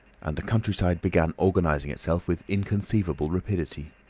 and the countryside began organising itself with inconceivable rapidity.